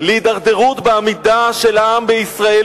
להידרדרות בעמידה של העם בישראל,